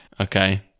Okay